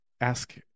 ask